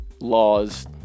Laws